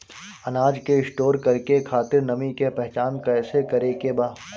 अनाज के स्टोर करके खातिर नमी के पहचान कैसे करेके बा?